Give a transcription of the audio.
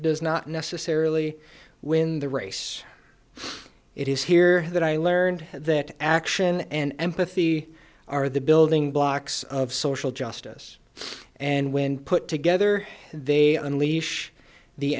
does not necessarily win the race it is here that i learned that action and empathy are the building blocks of social justice and when put together they unleash the